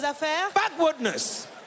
backwardness